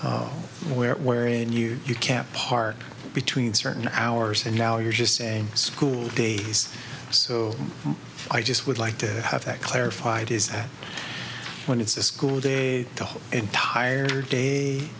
hours wherein you you can't park between certain hours and now you're just saying school days so i just would like to have that clarified is that when it's a school day the whole entire day